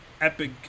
epic